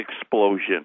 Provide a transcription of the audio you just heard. explosion